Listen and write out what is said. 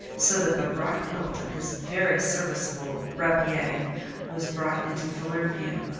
so that the wrought hilt of his very serviceable rapier was brought into fuller view.